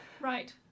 Right